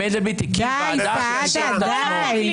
אם מנדלבליט הקים ועדה שתבדוק את עצמו.